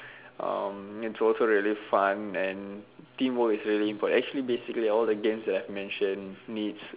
in total really fun and teamwork is really and actually basically all the games that I have mentions needs